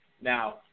Now